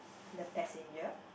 the passenger